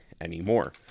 anymore